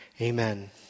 Amen